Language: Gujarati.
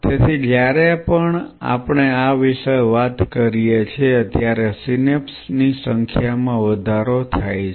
તેથી જ્યારે પણ આપણે આ વિશે વાત કરીએ છીએ ત્યારે સિનેપ્સ ની સંખ્યામાં વધારો થાય છે